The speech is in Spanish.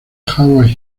howard